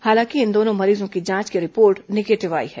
हालांकि इन दोनों मरीजों की जांच रिपोर्ट निगेटिव आई है